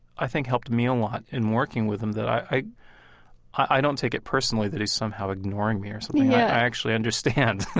i think, helped me a lot in working with him. that i i don't take it personally that he's somehow ignoring me or something yeah i actually understand